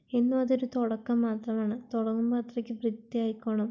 എന്നും അതൊരു തുടക്കം മാത്രമാണ് തുടങ്ങുബോൾ അത്രയ്ക്ക് വൃത്തി ആയിക്കോണം